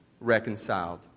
reconciled